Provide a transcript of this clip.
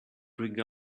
bring